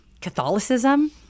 catholicism